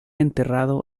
enterrado